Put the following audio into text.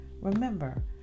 Remember